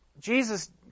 Jesus